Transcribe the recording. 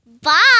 Bye